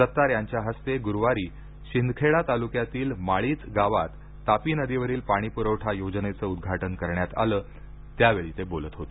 सत्तार यांच्या हस्ते गुरुवारी शिंदखेडा तालुक्यातील माळीच गावात तापी नदीवरील पाणीपुरवठा योजनेच उद्घाटन करण्यात आल त्यावेळी ते बोलत होते